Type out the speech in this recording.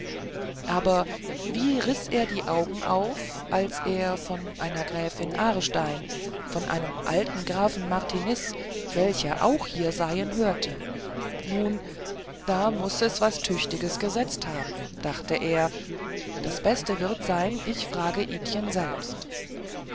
aber wie riß er die augen auf als er von einer gräfin aarstein von einem alten grafen martiniz welche auch hier seien hörte nun da muß es was tüchtiges gesetzt haben dachte er das beste wird sein ich frage idchen selbst